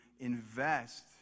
invest